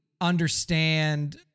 understand